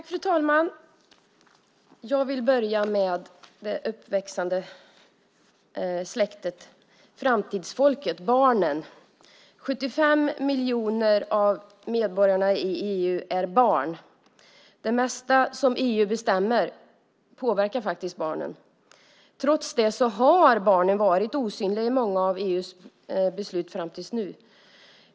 Fru talman! Jag vill börja med det uppväxande släktet, framtidsfolket, barnen. 75 miljoner av medborgarna i EU är barn. Det mesta som EU bestämmer påverkar faktiskt barnen. Trots detta har barnen varit osynliga i många av EU:s beslut fram till nu.